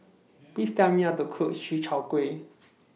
Please Tell Me How to Cook Chi Kak Kuih